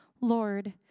Lord